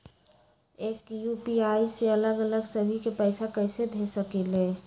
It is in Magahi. एक यू.पी.आई से अलग अलग सभी के पैसा कईसे भेज सकीले?